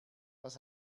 was